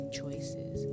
choices